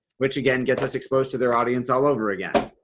which again gets us exposed to their audience all over again